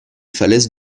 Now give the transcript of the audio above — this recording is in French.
falaises